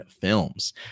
films